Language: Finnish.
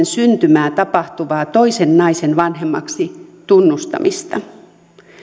syntymää tapahtuvaa toisen naisen vanhemmaksi tunnustamista